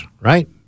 right